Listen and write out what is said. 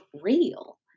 real